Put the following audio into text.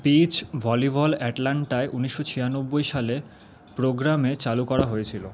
beach volleyball অ্যাটলান্টায় ঊনিশো ছিয়ানব্বই সালে প্রোগ্রামে চালু করা হয়েছিল